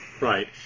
Right